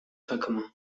takımı